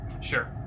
Sure